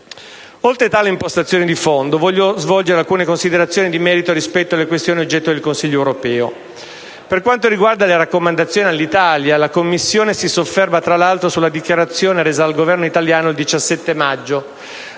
Oltre a tale impostazione di fondo, voglio svolgere alcune considerazioni di merito rispetto alle questioni oggetto del Consiglio europeo. Per quanto riguarda le raccomandazioni all'Italia, la Commissione si sofferma, tra l'altro, sulla dichiarazione resa dal Governo italiano il 17 maggio,